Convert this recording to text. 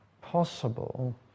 possible